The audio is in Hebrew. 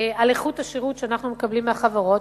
על איכות השירות שאנחנו מקבלים מהחברות,